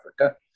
Africa